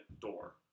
door